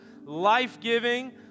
life-giving